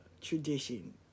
tradition